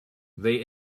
they